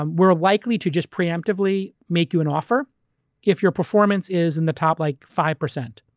um we're likely to just preemptively make you an offer if your performance is in the top like five percent.